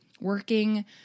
working